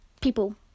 people